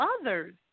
others